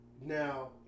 now